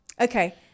Okay